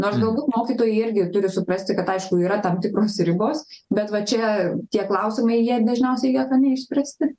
nors galbūt mokytojai irgi turi suprasti kad aišku yra tam tikros ribos bet va čia tie klausimai jie dažniausiai lieka neišspręsti